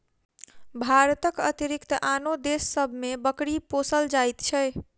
भारतक अतिरिक्त आनो देश सभ मे बकरी पोसल जाइत छै